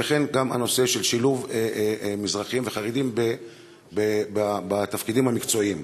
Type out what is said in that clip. וכן הנושא של שילוב מזרחים וחרדים בתפקידים המקצועיים.